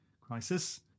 crisis